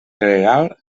gregal